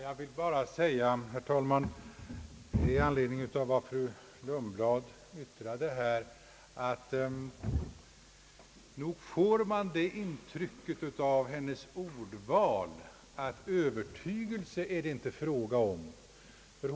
Herr talman! I anledning av vad fru Lundblad yttrade vill jag bara säga att man nog får det intrycket av hennes ordval att det inte är fråga om övertygelse.